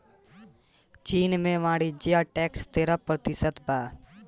चीन में वाणिज्य टैक्स तेरह प्रतिशत बा